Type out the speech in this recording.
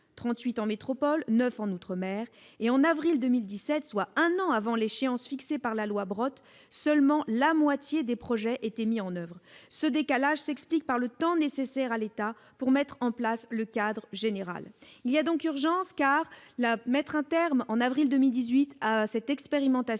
en métropole et neuf outre-mer. En avril 2017, soit un an avant l'échéance fixée par la loi Brottes, seulement la moitié des projets étaient mis en oeuvre. Ce décalage s'explique par le temps nécessaire à l'État pour mettre en place le cadre général. Mes chers collègues, il y a urgence, car une expérimentation